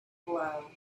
blow